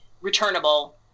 returnable